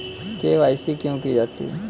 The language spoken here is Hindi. के.वाई.सी क्यों की जाती है?